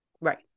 right